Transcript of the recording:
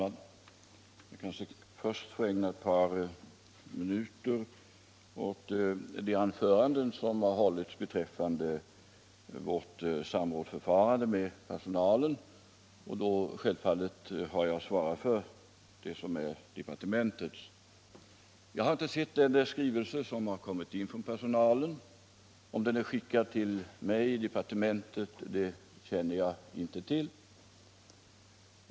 Herr talman! Låt mig först ägna ett par minuter åt vad som sagts i de tidigare anförandena beträffande vårt samråd med personalen. Jag har då självfallet aut svara för departementet. Jag har inte sett den skrivelse som kommit från personalen. Om den är skickad till mig i departementet känner jag inte till.